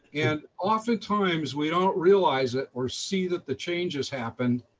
and oftentimes we don't realize it or see that the change has happened,